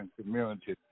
community